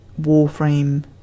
Warframe